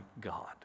God